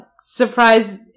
surprise